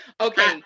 Okay